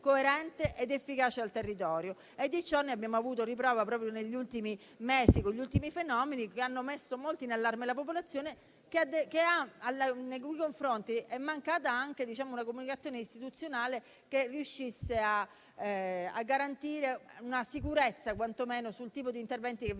coerente ed efficace al territorio. Di ciò abbiamo avuto riprova proprio negli ultimi mesi con gli ultimi fenomeni, che hanno messo molto in allarme la popolazione, nei cui confronti è mancata anche una comunicazione istituzionale che riuscisse a garantire una sicurezza quantomeno sul tipo di interventi che